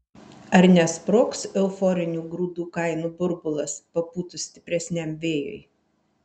ar nesprogs euforinių grūdų kainų burbulas papūtus stipresniam vėjui